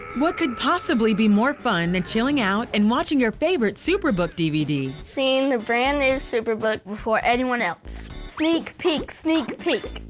what could possibly be more fun than chilling out and watching your favorite superbook dvd? seeing the brand new superbook. before anyone else. sneak peek. sneak peek.